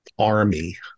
army